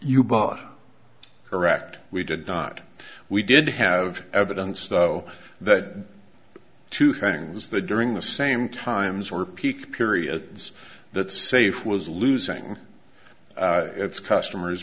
you bought correct we did not we did have evidence though that two things that during the same times were peak periods that safe was losing its customers